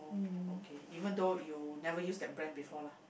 okay even though you never use that brand before lah